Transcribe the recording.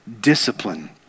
discipline